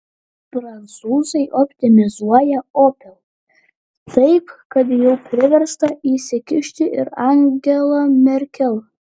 prancūzai optimizuoja opel taip kad jau priversta įsikišti ir angela merkel